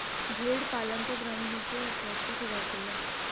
भेंड़ पालन से ग्रामीणों की अर्थव्यवस्था सुधरती है